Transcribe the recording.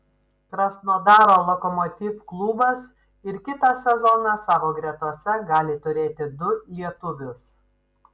krasnodaro lokomotiv klubas ir kitą sezoną savo gretose gali turėti du lietuvius